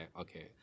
okay